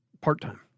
Part-time